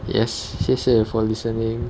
yes 谢谢 for listening